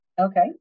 Okay